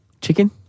Chicken